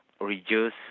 reduce